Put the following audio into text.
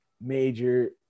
major